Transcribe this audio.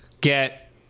get